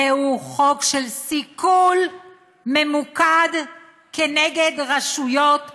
זהו חוק של סיכול ממוקד כנגד רשויות החוק.